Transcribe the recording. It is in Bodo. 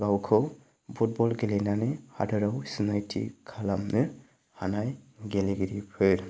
गावखौ फुटबल गेलेनानै हादराव सिनायथि खालामनो हानाय गेलेगिरिफोर